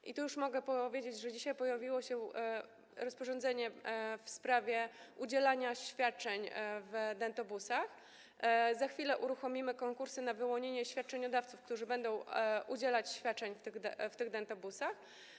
I tu już mogę powiedzieć, że dzisiaj pojawiło się rozporządzenie w sprawie udzielania świadczeń w dentobusach, za chwilę uruchomimy konkursy na wyłonienie świadczeniodawców, którzy będą udzielać świadczeń w tych dentobusach.